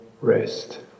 rest